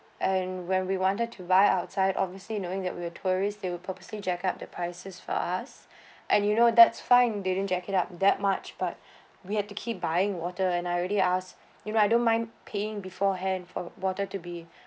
and when we wanted to buy outside obviously knowing that we're tourist they will purposely jack up the prices for us and you know that's fine they didn't jack it up that much but we had to keep buying water and I already ask you know I don't mind paying beforehand for water to be